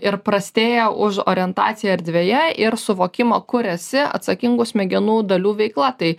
ir prastėja už orientaciją erdvėje ir suvokimą kur esi atsakingų smegenų dalių veikla tai